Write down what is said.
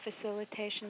facilitation